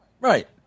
right